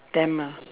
tamil